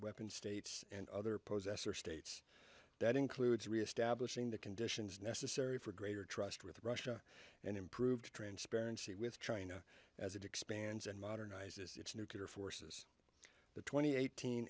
states and other pows essar states that includes reestablishing the conditions necessary for greater trust with russia and improved transparency with china as it expands and modernize its nuclear forces the twenty eighteen